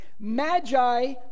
Magi